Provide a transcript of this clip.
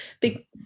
big